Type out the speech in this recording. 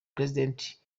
president